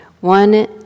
One